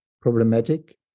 problematic